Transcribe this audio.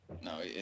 no